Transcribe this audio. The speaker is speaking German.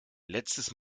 letztes